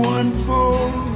unfold